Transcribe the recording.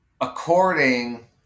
according